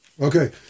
Okay